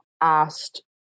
asked